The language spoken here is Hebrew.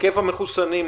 היקף המחוסנים,